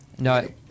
No